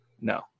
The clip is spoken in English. No